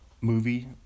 movie